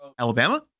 Alabama